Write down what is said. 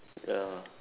ya